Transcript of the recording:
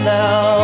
now